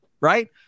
right